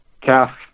calf